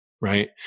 right